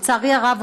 לצערי הרב,